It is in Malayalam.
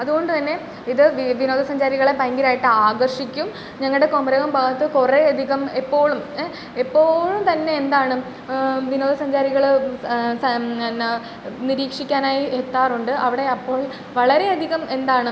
അത്കൊണ്ട് തന്നെ ഇത് വി വിനോദസഞ്ചാരികളെ ഭയങ്കരായിട്ട് ആകർഷിക്കും ഞങ്ങളുടെ കുമരകം ഭാഗത്ത് കുറെ അധികം എപ്പോഴും എപ്പോഴും തന്നെ എന്താണ് വിനോദസഞ്ചാരികളെ സ സ എന്നാൽ നിരീക്ഷിക്കാനായി എത്താറുണ്ട് അവിടെ അപ്പോൾ വളരെ അധികം എന്താണ്